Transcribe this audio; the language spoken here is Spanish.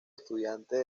estudiante